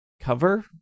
cover